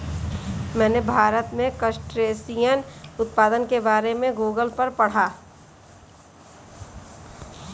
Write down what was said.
मैंने भारत में क्रस्टेशियन उत्पादन के बारे में गूगल पर पढ़ा